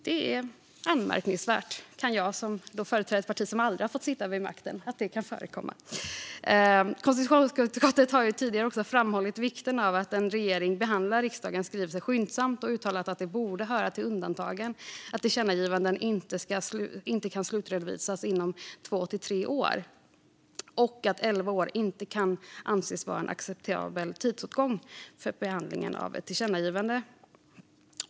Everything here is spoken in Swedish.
Jag, som företräder ett parti som aldrig har fått sitta vid makten, kan tycka att det är anmärkningsvärt att detta kan förekomma. Konstitutionsutskottet har tidigare framhållit vikten av att en regering behandlar riksdagens skrivelser skyndsamt och har uttalat att det borde höra till undantagen att tillkännagivanden inte kan slutredovisas inom två till tre år samt att elva år inte kan anses vara en acceptabel tidsåtgång för behandlingen av ett tillkännagivande.